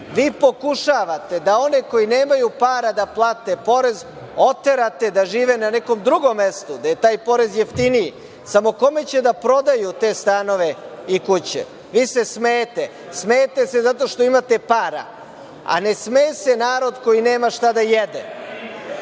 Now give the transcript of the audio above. Vi pokušavate da one koji nemaju para da plate porez oterate da žive na nekom drugom mestu gde je taj porez jeftiniji. Samo, kome će da prodaju te stanove i kuće? Vi se smejete. Smejete se zato što imate para, a ne smeje se narod koji nema šta da jede.